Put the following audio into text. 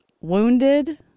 wounded